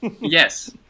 Yes